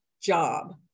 job